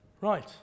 right